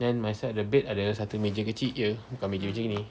then my side of the bed ada satu meja kecil jer bukan meja macam gini